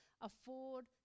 afford